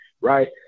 right